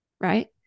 Right